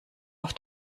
auf